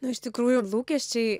nu iš tikrųjų lūkesčiai